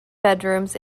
bedrooms